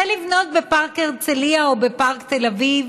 לבנות בפארק הרצליה או בפארק תל אביב